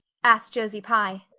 asked josie pye.